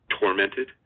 tormented